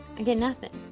i get nothin',